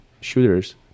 shooters